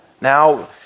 Now